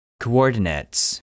Coordinates